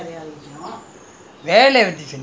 they are this is naganathan